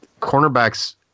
cornerbacks